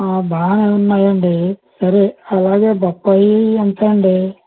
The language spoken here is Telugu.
బాగా ఉన్నాయండి సరే అలాగే బొప్పాయి ఎంత అండి